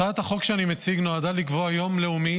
הצעת החוק שאני מציג נועדה לקבוע יום לאומי